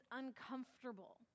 uncomfortable